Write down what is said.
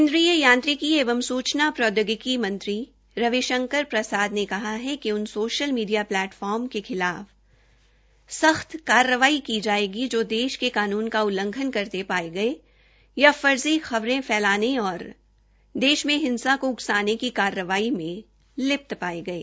केन्द्रीय यांत्रिकी एवं सूचना प्रौद्योगिकी मंत्री रवि शंकर प्रसर ने कहा है कि उन सोशल मीडिया प्लेटफार्म के खिलाफ संख्त कार्रवाई की जायेगी जो देश के कानून का उल्लघन करते पाये गये या फर्जी खबरें फैलाने और देश में हिंसा को उकसाने की कार्रवाई में लिप्त पाये गये